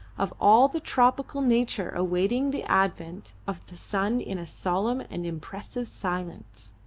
of all the tropical nature awaiting the advent of the sun in a solemn and impressive silence.